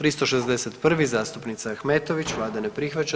361. zastupnica Ahmetović, vlada ne prihvaća.